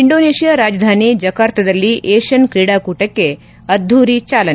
ಇಂಡೋನೇಷ್ಕಾ ರಾಜಧಾನಿ ಜಕಾರ್ತದಲ್ಲಿ ಏಷ್ಟನ್ ಕ್ರೀಡಾಕೂಟಕ್ಕೆ ಅದ್ದೂರಿ ಚಾಲನೆ